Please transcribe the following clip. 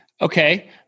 Okay